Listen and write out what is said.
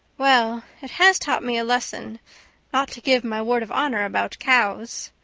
well, it has taught me a lesson not to give my word of honor about cows.